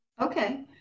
Okay